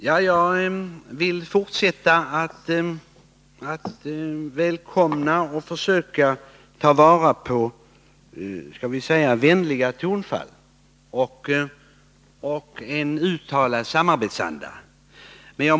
Herr talman! Jag vill välkomna och skall försöka ta fasta på jordbruksministerns vänliga tonfall och den uttalade samarbetsandan.